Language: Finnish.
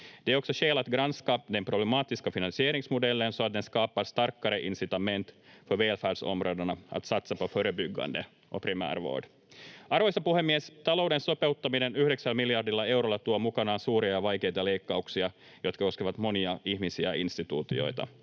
också skäl att granska den problematiska finansieringsmodellen så att den skapar starkare incitament för välfärdsområdena att satsa på förebyggande och primärvård. Arvoisa puhemies! Talouden sopeuttaminen yhdeksällä miljardilla eurolla tuo mukanaan suuria ja vaikeita leikkauksia, jotka koskevat monia ihmisiä ja instituutioita.